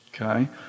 okay